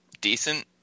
decent